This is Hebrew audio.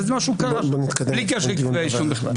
ומשהו קרה בלי קשר לכתבי האישום בכלל.